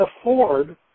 afford